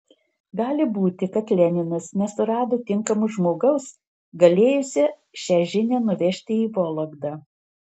gali būti kad leninas nesurado tinkamo žmogaus galėjusio šią žinią nuvežti į vologdą